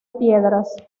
piedras